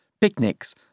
picnics